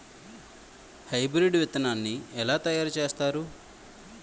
Hybrid విత్తనాన్ని ఏలా తయారు చేస్తారు?